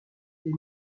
les